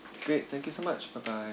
okay thank you so much bye bye